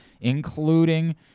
including